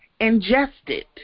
Ingested